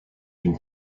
une